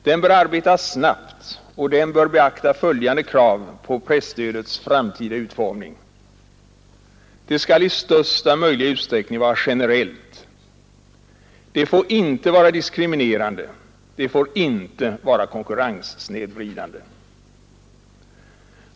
Den bör arbeta snabbt, och den bör beakta följande krav på presstödets framtida utformning: Stödet skall i största möjliga utsträckning vara generellt, det får inte vara diskriminerande och det får inte vara konkurrenssnedvridande.